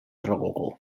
rococó